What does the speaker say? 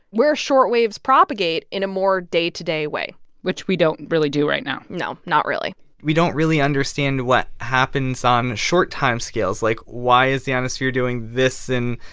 where shortwaves propagate in a more day-to-day way which we don't really do right now no, not really we don't really understand what happens on short time scales. like, why is the ionosphere doing this in,